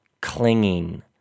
clinging